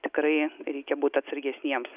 tikrai reikia būt atsargesniems